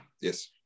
yes